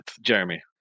Jeremy